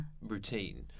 routine